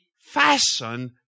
fashion